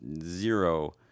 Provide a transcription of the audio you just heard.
zero